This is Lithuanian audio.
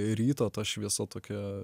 ryto ta šviesa tokia